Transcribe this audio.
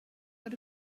got